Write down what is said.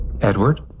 Edward